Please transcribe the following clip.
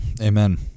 Amen